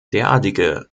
derartige